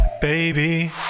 Baby